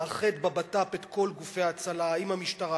לאחד בביטחון פנים את כל גופי ההצלה עם המשטרה,